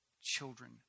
children